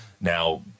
Now